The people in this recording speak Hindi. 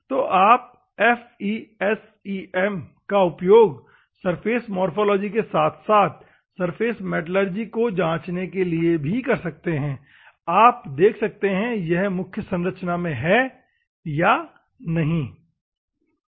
तो आप FESEM का उपयोग सरफेस मोरफ़ोलॉजी के साथ साथ सरफेस मेटलर्जी को जांचने के लिए भी कर सकते हैं आप देख सकते हैं कि यह मुख्य संरचना में है या नहीं